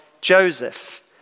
Joseph